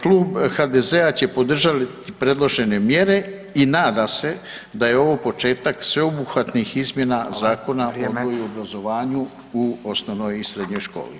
Klub HDZ-a će podržati predložene mjere i nadam se da je ovo početak sveobuhvatnih izmjena Zakona o odgoju i obrazovanju u osnovnoj i srednjoj školi.